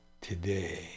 today